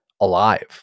alive